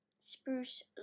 spruce